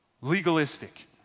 legalistic